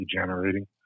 generating